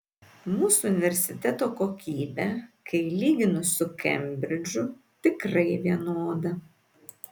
mūsų universiteto kokybė kai lyginu su kembridžu tikrai vienoda